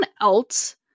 else